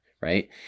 Right